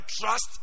trust